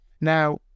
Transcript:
now